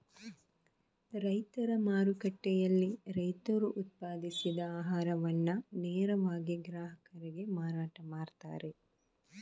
ರೈತರ ಮಾರುಕಟ್ಟೆಯಲ್ಲಿ ರೈತರು ಉತ್ಪಾದಿಸಿದ ಆಹಾರವನ್ನ ನೇರವಾಗಿ ಗ್ರಾಹಕರಿಗೆ ಮಾರಾಟ ಮಾಡ್ತಾರೆ